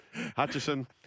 Hutchison